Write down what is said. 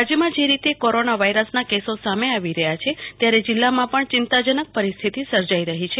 રાજ્યમાં જે રીતે કોરોના વાઈરસના કેસો સામે આવી રહ્યા છે ત્યારે જીલ્લામાં પણ ચિંતાજનક પરિસ્થિતિ સર્જાઈ રહી છે